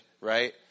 right